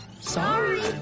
Sorry